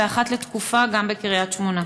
ואחת לתקופה גם בקריית-שמונה.